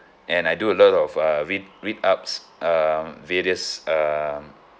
and I do a lot of uh read read ups uh various um